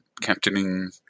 captaining